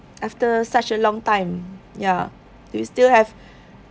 after such a long time ya do you still have